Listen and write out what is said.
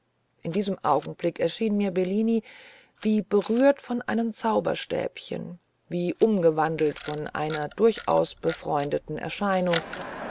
in diesem augenblick erschien mir bellini wie berührt von einem zauberstäbchen wie umgewandelt zu einer durchaus befreundeten erscheinung